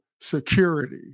security